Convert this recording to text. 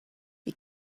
you